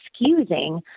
excusing